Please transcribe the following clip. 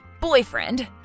boyfriend